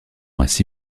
ainsi